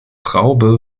traube